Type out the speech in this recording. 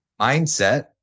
mindset